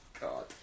God